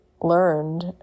learned